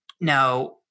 now